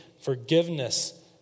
forgiveness